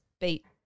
beat